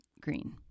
green